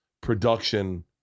production